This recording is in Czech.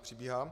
Přibíhá.